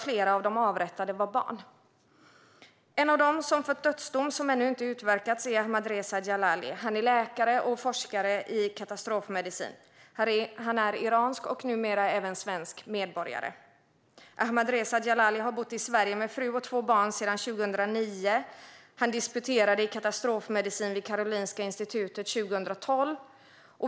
Flera av de avrättade var barn. En av dem som fått en dödsdom som ännu inte verkställts är Ahmadreza Djalali, som är läkare och forskare i katastrofmedicin. Han är iransk och numera även svensk medborgare. Ahmadreza Djalali har bott i Sverige med fru och två barn sedan 2009. Han disputerade i katastrofmedicin vid Karolinska institutet 2012.